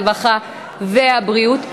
הרווחה והבריאות.